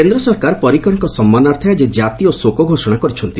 କେନ୍ଦ୍ର ସରକାର ପରିକରଙ୍କ ସମ୍ମାନାର୍ଥେ ଆକି କାତୀୟ ଶୋକ ଘୋଷଣା କରିଛନ୍ତି